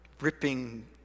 ripping